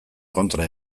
kontra